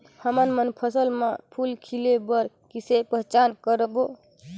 हमन मन फसल म फूल खिले बर किसे पहचान करबो?